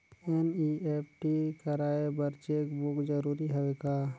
NEFT कराय बर cheque book जरूरी हवय का?